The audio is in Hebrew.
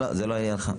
זה לא עניינך.